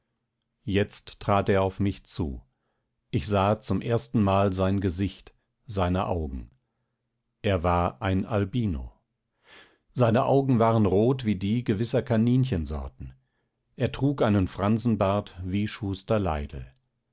jetzt trat er auf mich zu ich sah zum erstenmal sein gesicht seine augen es war ein albino seine augen waren rot wie die gewisser kaninchensorten er trug einen fransenbart wie schuster